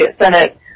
Senate